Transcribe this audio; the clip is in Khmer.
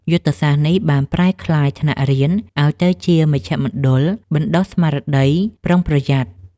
យុទ្ធសាស្ត្រនេះបានប្រែក្លាយថ្នាក់រៀនឱ្យទៅជាមជ្ឈមណ្ឌលបណ្ដុះស្មារតីប្រុងប្រយ័ត្ន។